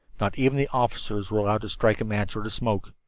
not even the officers were allowed to strike a match or to smoke.